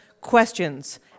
questions